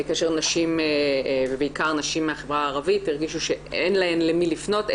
כאשר נשים ובעיקר נשים מהחברה הערבית הרגישו שאין להן למי לפנות,